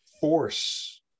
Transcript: force